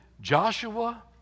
Joshua